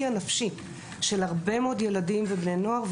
הנפשי של הרבה מאוד ילדים ובני נוער,